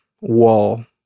wall